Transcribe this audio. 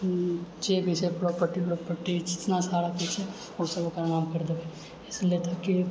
cheque होइत छै property उरपट्टी जितना सारा किछु भी छै ओ सब ओकरा नाम पर इसलिए ताकि